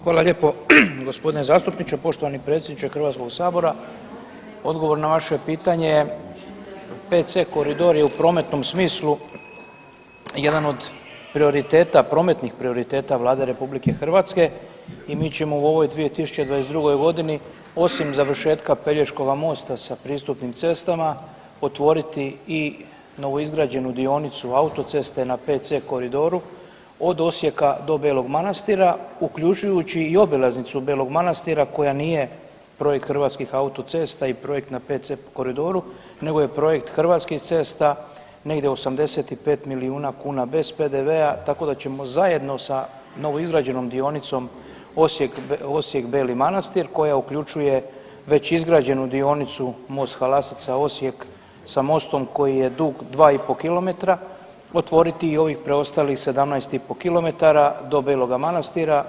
Hvala lijepo gospodine zastupniče, poštovani predsjedniče Hrvatskog sabora, odgovor na vaše pitanje je 5C koridor je u prometnom smislu jedan od prioriteta, prometnih prioriteta Vlade RH i mi ćemo u ovoj 2022. godinu osim završetka Pelješkoga mosta sa pristupnim cestama otvoriti i novoizgrađenu dionicu autoceste na 5C koridoru od Osijeka do Belog Manastira uključujući i obilaznicu Belog Manastira koja nije projekt Hrvatskih autocesta i projekt na 5C koridoru, nego je projekt Hrvatskih cesta negdje 85 milijuna kuna bez PDV-a tako da ćemo zajedno sa novoizgrađenom dionicom Osijek – Beli Manastir koja uključuje već izgrađenu dionicu most Halasica – Osijek sa mostom koji je dug 2,5 kilometra otvoriti i ovih preostalih 17,5 kilometara do Beloga Manastira.